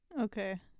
Okay